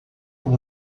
como